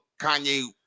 Kanye